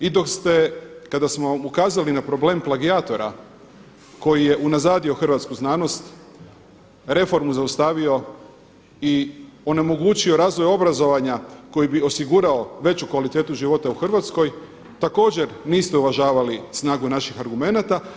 I dok ste kada smo vam ukazali na problem plagijatora koji je unazadio hrvatsku znanost, reformu zaustavio i onemogućio razvoj obrazovanja koji bi osigurao veću kvalitetu života u Hrvatskoj također niste uvažavali snagu naših argumenata.